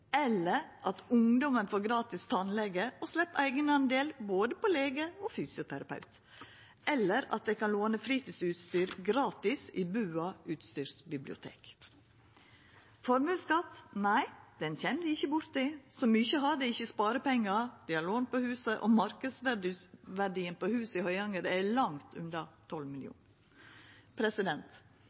eller at ungdomen får gratis tannlege og slepp eigendel til både lege og fysioterapeut, eller at dei kan låna fritidsutstyr gratis i BUA utstyrsbibliotek. Formuesskatt – nei, den kjem dei ikkje borti, så mykje har dei ikkje i sparepengar, dei har lån på huset, og marknadsverdien til huset i Høyanger er langt under